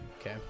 Okay